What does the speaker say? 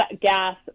gas